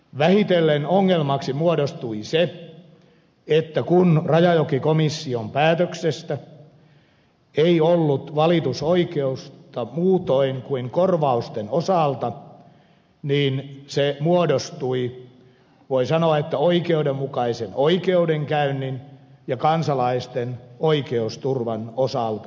vähitellen ongelmaksi muodostui se että kun rajajokikomission päätöksestä ei ollut valitusoikeutta muutoin kuin kor vausten osalta niin se muodostui voi sanoa oikeudenmukaisen oikeudenkäynnin ja kansalaisten oikeusturvan osalta ongelmalliseksi